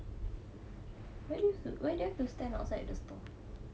why you have to why do you stand outside the store